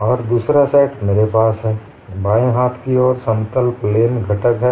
और दूसरा सेटमेरे पास है बाएं हाथ की ओर समतल स्ट्रेन घटक है